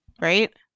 right